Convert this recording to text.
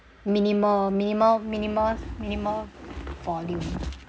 minimal minimal minimal minimal volume